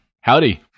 Howdy